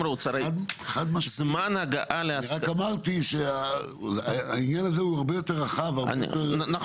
אני רק אומר שהעניין הזה הוא הרבה יותר רחב --- נכון,